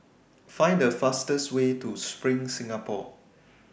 Find The fastest Way to SPRING Singapore